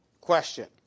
Question